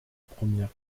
première